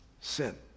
sin